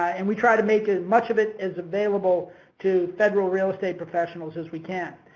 and we try to make it much of it as available to federal real estate professionals as we can.